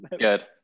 Good